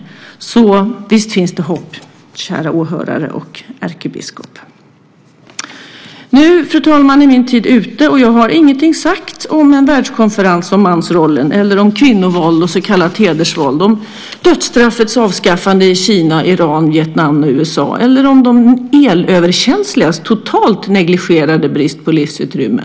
Så visst finns det hopp, kära åhörare och ärkebiskop. Nu, fru talman, är min talartid nästan slut, och jag har ingenting sagt om en världskonferens om mansrollen eller om kvinnovåld och så kallat hedersvåld, om dödsstraffets avskaffande i Kina, Iran, Vietnam och USA eller om de elöverkänsligas totalt negligerade brist på livsutrymme.